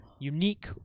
unique